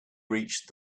reached